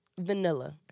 vanilla